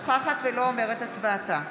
נוכחת ולא אומרת הצבעתה